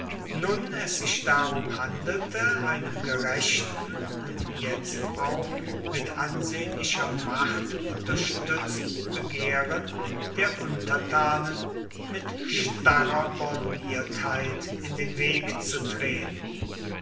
nun es sich darum handelte einem gerechten und jetzt auch mit ansehnlicher macht unterstützten begehren der untertanen mit starrer borniertheit in den weg zu treten